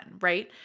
right